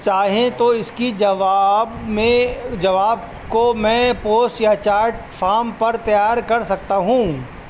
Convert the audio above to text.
چاہیں تو اس کی جواب میں جواب کو میں پوسٹ یا چارٹ فام پر تیار کر سکتا ہوں